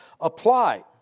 apply